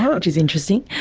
which is interesting.